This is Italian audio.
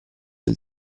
del